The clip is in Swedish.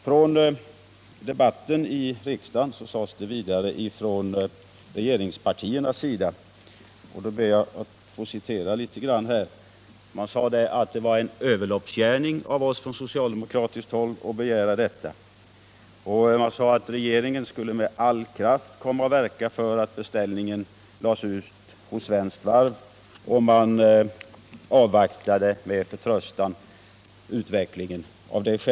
Vid debatten i riksdagen framhöll en representant för regeringspartierna ”att det är en överloppsgärning” av socialdemokraterna att begära detta. Vederbörande sade vidare att regeringen ”med all kraft kommer att verka för att beställningen läggs hos ett svenskt varv”. Det hette vidare att majoriteten avvaktade utvecklingen med förtröstan.